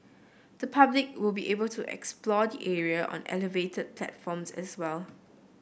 the public will be able to explore the area on elevated platforms as well